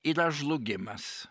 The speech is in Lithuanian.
yra žlugimas